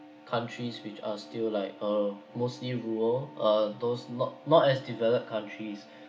countries which are still like uh mostly rural uh those not not as developed countries